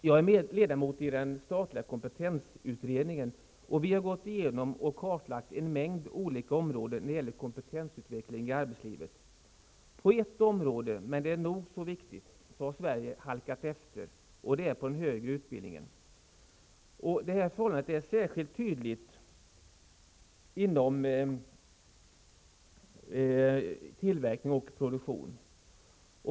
Jag är ledamot i den statliga kompetensutredningen, och vi har gått igenom och kartlagt en mängd olika områden när det gäller kompetensutveckling i arbetslivet. På ett men nog så viktigt område har Sverige halkat efter, nämligen i fråga om den högre utbildningen. Det här förhållandet är särskilt tydligt inom tillverkning och produktion.